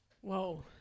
Whoa